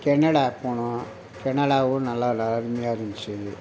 Canada போனோம் கனடாவும் நல்லா அருமையாக இருந்துச்சு எங்களுக்கு